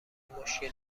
مشکل